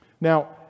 Now